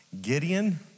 Gideon